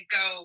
go